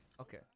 okay